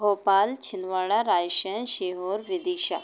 Bhopal Chhindwara Raisen Sehore Vidisha